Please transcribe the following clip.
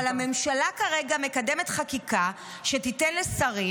אבל הממשלה כרגע מקדמת חקיקה שתיתן לשרים,